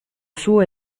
sua